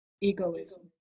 egoism